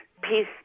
peace